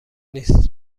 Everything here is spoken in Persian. نیست